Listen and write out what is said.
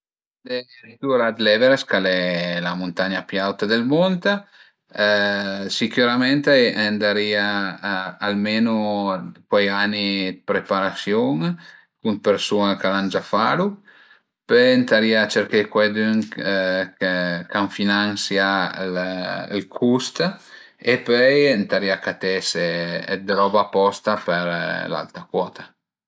Për andé zura l'Everest ch'al e la muntagna pi auta dël mund sicürament a i andarìa almenu cuai ani d'preparasiun cun persun-a ch'al an gia falu, pöi ëntarìa cerché cuaidün chë ch'a m'finansia ël cust e pöi ëntarìa catese d'roba aposta për l'alta cuota